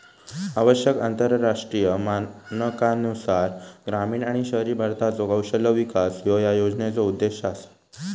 आवश्यक आंतरराष्ट्रीय मानकांनुसार ग्रामीण आणि शहरी भारताचो कौशल्य विकास ह्यो या योजनेचो उद्देश असा